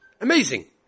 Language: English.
Amazing